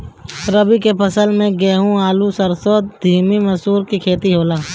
रबी के फसल में गेंहू, आलू, सरसों, छीमी, मसूर के खेती होला